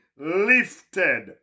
lifted